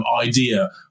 idea